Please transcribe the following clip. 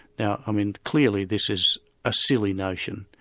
now i mean clearly this is a silly notion,